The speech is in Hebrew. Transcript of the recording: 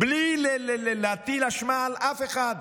בלי להטיל אשמה על אף אחד.